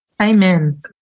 Amen